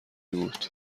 بود